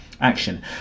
action